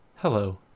Hello